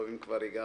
טוב, אם כבר הגעת.